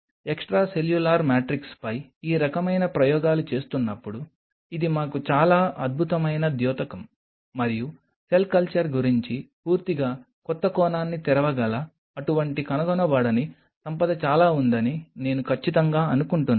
extracellular మ్యాట్రిక్స్పై ఈ రకమైన ప్రయోగాలు చేస్తున్నప్పుడు ఇది మాకు చాలా అద్భుతమైన ద్యోతకం మరియు సెల్ కల్చర్ గురించి పూర్తిగా కొత్త కోణాన్ని తెరవగల అటువంటి కనుగొనబడని సంపద చాలా ఉందని నేను ఖచ్చితంగా అనుకుంటున్నాను